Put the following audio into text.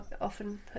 often